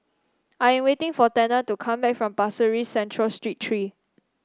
I am waiting for Tanner to come back from Pasir Ris Central Street Three